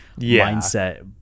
mindset